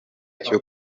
cyo